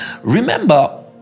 remember